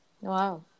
Wow